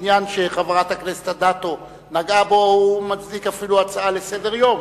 העניין שחברת הכנסת אדטו נגעה בו מצדיק אפילו הצעה לסדר-היום,